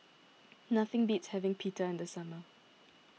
nothing beats having Pita in the summer